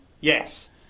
Yes